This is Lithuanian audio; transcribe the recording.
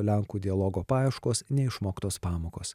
lenkų dialogo paieškos neišmoktos pamokos